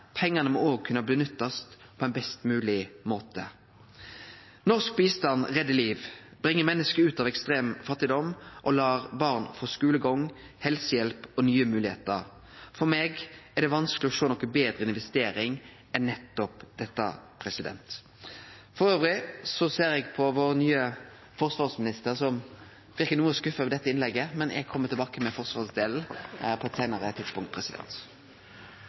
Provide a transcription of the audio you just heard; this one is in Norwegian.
pengane må òg kunne nyttast på ein best mogleg måte. Norsk bistand reddar liv, bringar menneske ut av ekstrem fattigdom og lèt barn få skulegang, helsehjelp og nye moglegheiter. For meg er det vanskeleg å sjå noka betre investering enn nettopp dette. Eg ser elles på den nye forsvarsministeren, som verkar noko skuffa over dette innlegget, men eg kjem tilbake med forsvarsdelen på eit seinare tidspunkt.